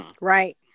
right